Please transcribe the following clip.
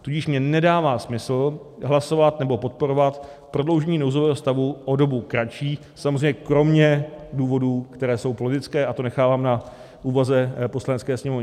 Tudíž mně nedává smysl hlasovat nebo podporovat prodloužení nouzového stavu o dobu kratší, samozřejmě kromě důvodů, které jsou politické, a to nechávám na úvaze Poslanecké sněmovny.